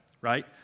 Right